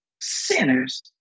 Sinners